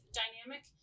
dynamic